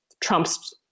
Trump's